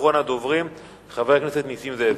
אחרון הדוברים הוא חבר הכנסת נסים זאב.